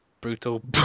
brutal